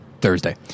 Thursday